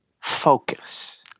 focus